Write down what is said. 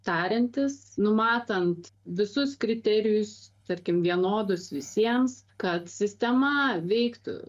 tariantis numatant visus kriterijus tarkim vienodus visiems kad sistema veiktų